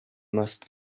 must